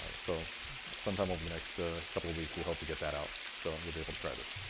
so sometime over the next couple of weeks, we hope to get that out so like you'll be able to try this.